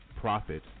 profit